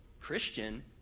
Christian